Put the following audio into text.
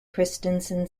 christensen